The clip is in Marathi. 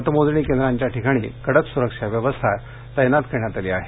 मतमोजणी केंद्रांच्या ठिकाणी कडक सुरक्षा व्यवस्था तैनात करण्यात आली आहे